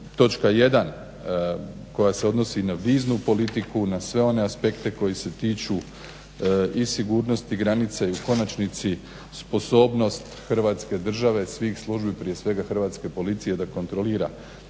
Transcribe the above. točka 1 koja se odnosi na viznu politiku na sve one aspekte koji se tiču i sigurnosti granice i u konačnici sposobnost Hrvatske države, svih službi prije svega Hrvatske policije da kontrolira